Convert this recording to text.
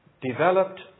developed